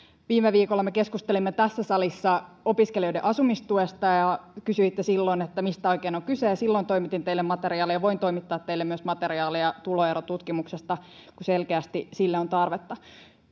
viime viikolla me keskustelimme tässä salissa opiskelijoiden asumistuesta ja kysyitte silloin mistä oikein on on kyse ja silloin toimitin teille materiaalia voin toimittaa teille myös materiaalia tuloerotutkimuksesta kun selkeästi sille on tarvetta